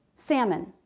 salmon.